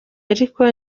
ariko